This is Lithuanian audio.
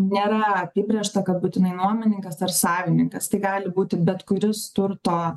nėra apibrėžta kad būtinai nuomininkas ar savininkas tai gali būti bet kuris turto